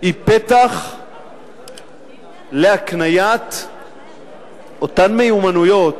היא פתח להקניית אותן מיומנויות